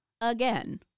again